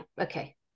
okay